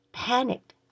panicked